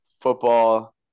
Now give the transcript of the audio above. football